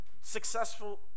successful